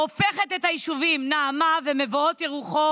והופכת את היישובים נעמה ומבואות יריחו